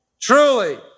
Truly